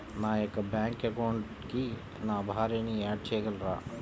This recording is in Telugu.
నా యొక్క బ్యాంక్ అకౌంట్కి నా భార్యని యాడ్ చేయగలరా?